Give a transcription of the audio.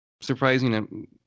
surprising